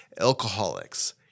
Alcoholics